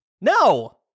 No